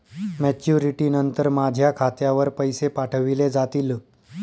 Maturity नंतर माझ्या खात्यावर पैसे पाठविले जातील?